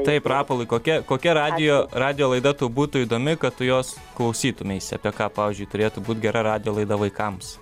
taip rapolai kokia kokia radijo radijo laida tai būtų įdomi kad tu jos klausytumeisi apie ką pavyzdžiui turėtų būt gera radijo laida vaikams